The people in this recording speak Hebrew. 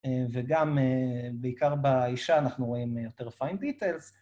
וגם בעיקר באישה אנחנו רואים יותר fined details.